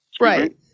right